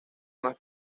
más